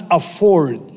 afford